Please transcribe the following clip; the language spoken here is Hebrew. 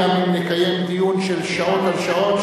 אם גם נקיים דיון של שעות על שעות,